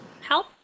help